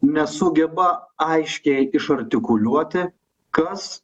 nesugeba aiškiai išartikuliuoti kas